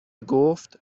گفت